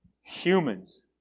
Humans